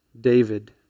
David